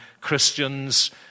Christians